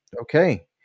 okay